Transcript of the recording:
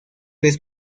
vez